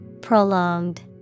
Prolonged